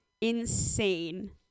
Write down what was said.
insane